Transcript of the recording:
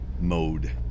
mode